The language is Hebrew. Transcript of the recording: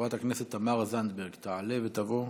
חברת הכנסת תמר זנדברג, תעלה ותבוא.